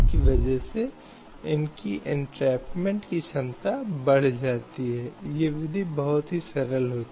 हालाँकि यह स्वीकार्य नहीं है क्योंकि यह एक प्रकार का निषेध है जो महिलाओं के खिलाफ भेदभाव करने की कोशिश करता है और हर किसी के पास पेशा है